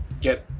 get